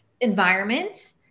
environment